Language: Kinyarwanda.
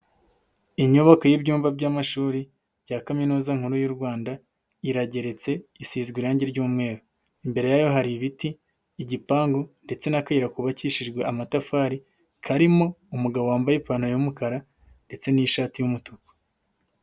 Inyoboko y'ibyumba by'amashuri bya kaminuza nkuru y'u Rwanda, irageretse, isizwe irangi ry'umweru, imbere yayo hari ibiti, igipangu ndetse n'akayira kubakishijwe amatafari karimo umugabo wambaye ipantaro y'umukara ndetse n'ishati y'umutuku.